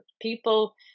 people